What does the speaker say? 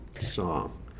song